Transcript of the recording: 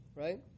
right